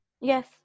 Yes